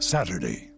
Saturday